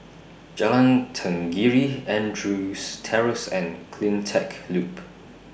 Jalan Tenggiri Andrews Terrace and CleanTech Loop